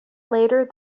later